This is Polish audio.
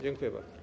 Dziękuję bardzo.